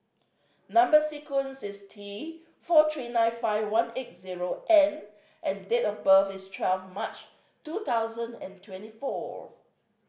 number sequence is T four three nine five one eight zero N and date of birth is twelfth March two thousand and twenty four